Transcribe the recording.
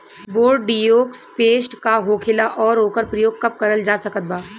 Bordeaux paste का होखेला और ओकर प्रयोग कब करल जा सकत बा?